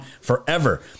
forever